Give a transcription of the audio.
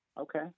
Okay